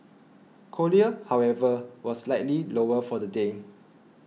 cochlear however was slightly lower for the day